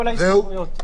ההסתייגות לא התקבלה.